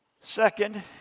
Second